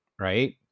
right